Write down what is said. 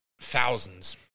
thousands